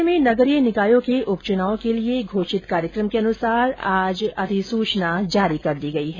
राज्य में नगरीय निकायों के उपचुनाव के लिए घोषित कार्यक्रम के अनुसार आज इसके लिए अधिसूचना जारी हो गई है